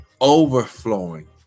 overflowing